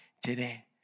today